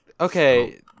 Okay